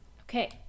Okay